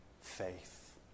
faith